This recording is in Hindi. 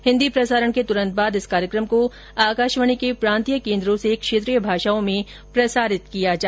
हिन्दी प्रसारण के तुरंत बाद इस कार्यकम को आकाशवाणी के प्रांतीय केन्द्रों से क्षेत्रीय भाषाओं में प्रसारित किया जायेगा